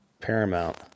paramount